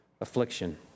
affliction